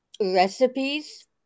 recipes